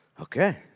Okay